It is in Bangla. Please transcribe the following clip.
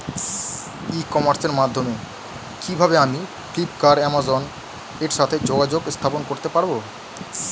ই কমার্সের মাধ্যমে কিভাবে আমি ফ্লিপকার্ট অ্যামাজন এর সাথে যোগাযোগ স্থাপন করতে পারব?